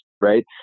right